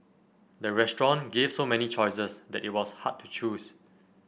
the restaurant gave so many choices that it was hard to choose